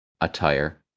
attire